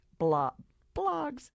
Blogs